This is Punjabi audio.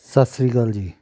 ਸਤਿ ਸ਼੍ਰੀ ਅਕਾਲ ਜੀ